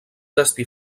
destí